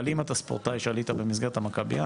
אבל אם אתה ספורטאי שעלית במסגרת המכביה,